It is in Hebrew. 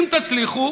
אם תצליחו,